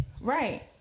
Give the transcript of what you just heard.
Right